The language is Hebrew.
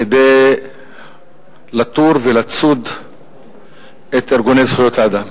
כדי לתור ולצוד את ארגוני זכויות האדם.